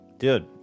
Dude